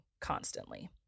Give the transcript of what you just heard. constantly